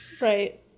Right